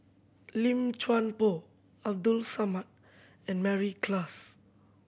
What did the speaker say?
Lim Chuan Poh Abdul Samad and Mary Klass